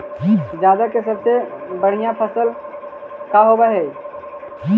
जादा के सबसे बढ़िया फसल का होवे हई?